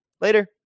Later